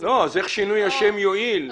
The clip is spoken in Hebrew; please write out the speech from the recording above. אותה --- אז איך שינוי השם יועיל?